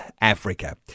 Africa